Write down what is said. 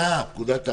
אה, פקודת העם.